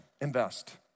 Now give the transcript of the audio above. invest